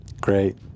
great